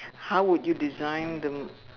how would you design them